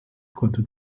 konnte